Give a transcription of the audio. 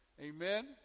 Amen